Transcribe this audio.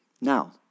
Now